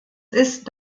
ist